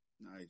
Nice